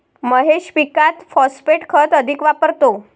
महेश पीकात फॉस्फेट खत अधिक वापरतो